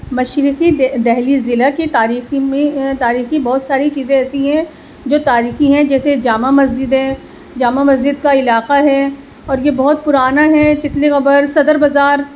مشرقی دہلی ضلع کی تاریخی میں تاریخی بہت ساری چیزیں ایسی ہیں جو تاریخی ہیں جیسے جامع مسجد ہے جامع مسجد کا علاقہ ہے اور یہ بہت پرانا ہے چتلی قبر صدر بزار